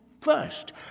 First